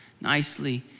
nicely